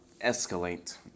escalate